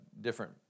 different